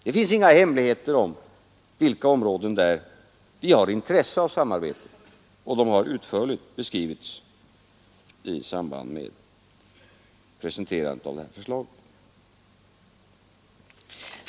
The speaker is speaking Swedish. Det finns inga hemligheter när det gäller de områden på vilka vi har intresse av samarbete; det har utförligt beskrivits i samband med presentationen av detta förslag.